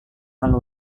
lalu